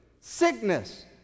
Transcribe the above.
Sickness